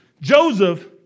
Joseph